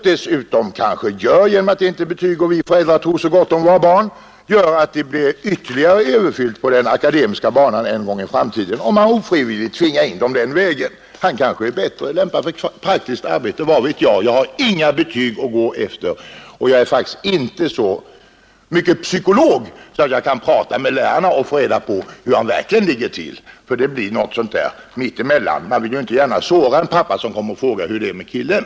Detta kan leda till — genom att barnen inte får betyg och genom att vi föräldrar tror så gott om våra barn — att tillströmningen till den akademiska banan i framtiden blir alltför stor genom att man ofrivilligt tvingar in barn på den akademiska vägen, trots att de kanske är bättre lämpade för praktiskt arbete. Vad vet jag! Jag har inga betyg att gå efter. Svaret blir alltid något mitt emellan. Läraren vill inte gärna såra en pappa som kommer för att fråga hur hans pojke anpassar sig i studierna.